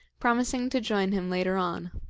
promising to join him later on.